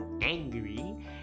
angry